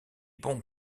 bon